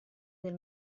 del